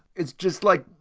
it's just like,